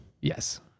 yes